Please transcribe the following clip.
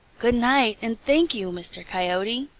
good night, and thank you, mr. coyote,